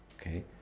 Okay